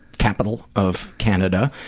capital of canada.